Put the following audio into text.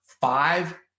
five